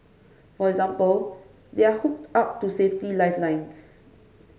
for example they are hooked up to safety lifelines